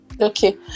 Okay